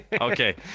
Okay